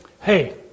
hey